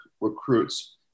recruits